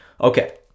Okay